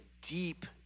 deep